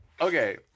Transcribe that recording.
Okay